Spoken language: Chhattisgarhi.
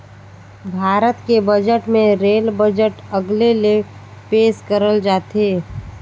भारत के बजट मे रेल बजट अलगे ले पेस करल जाथे